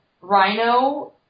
rhino